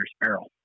barrel